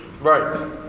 Right